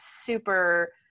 super